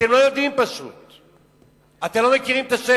אתם פשוט לא יודעים, אתם לא מכירים את השטח.